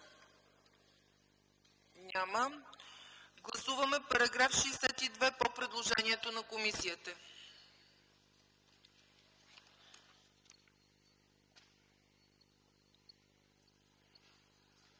Няма. Гласуваме § 62 по предложението на комисията.